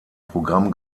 programm